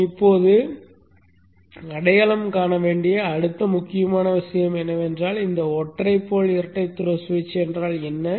நாம் இப்போது அடையாளம் காண வேண்டிய அடுத்த முக்கியமான விஷயம் என்னவென்றால் இந்த ஒற்றை போல் இரட்டை த்ரோக்கள் சுவிட்ச் என்றால் என்ன